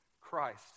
Christ